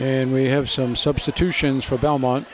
and we have some substitution for belmont